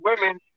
women